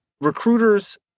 recruiters